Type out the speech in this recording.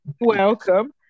Welcome